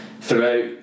throughout